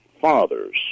fathers